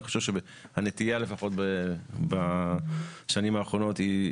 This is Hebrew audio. אני חושב שהנטייה לפחות בשנים האחרונות היא,